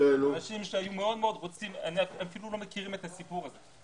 אנשים שלא מכירים את הסיפור הזה.